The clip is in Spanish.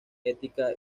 etiqueta